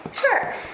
Sure